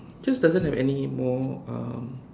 just doesn't have anymore um